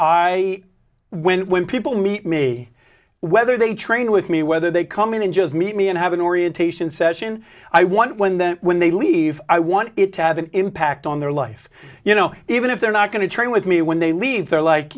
i when when people meet me whether they train with me whether they come in and just meet me and have an orientation session i want when them when they leave i want it to have an impact on their life you know even if they're not going to train with me when they leave there like